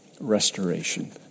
restoration